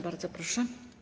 Bardzo proszę.